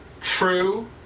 true